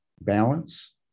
balance